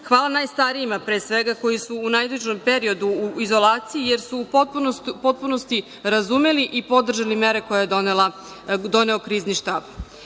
Hvala najstarijima, pre svega, koji su u najtežem periodu u izolaciji jer su u potpunosti razumeli i podržali mere koje je doneo Krizni